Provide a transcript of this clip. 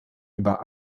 über